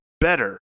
better